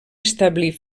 establir